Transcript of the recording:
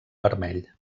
vermell